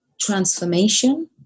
transformation